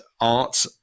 art